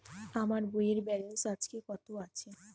আমার বইয়ের ব্যালেন্স আজকে কত আছে?